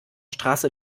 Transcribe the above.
straße